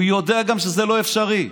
הוא גם יודע שזה לא אפשרי.